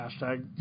Hashtag